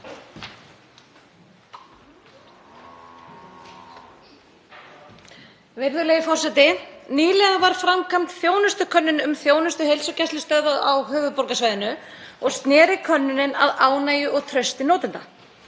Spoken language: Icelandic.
Virðulegi forseti. Nýlega var framkvæmd þjónustukönnun um þjónustu heilsugæslustöðva á höfuðborgarsvæðinu og sneri könnunin að ánægju og trausti notenda.